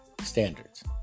standards